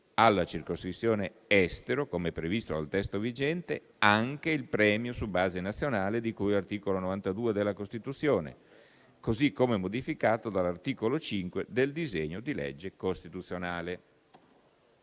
alla circoscrizione estero (come previsto dal testo vigente), anche il premio su base nazionale di cui all'articolo 92 della Costituzione, così come modificato dall'articolo 5 del disegno di legge costituzionale.